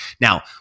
Now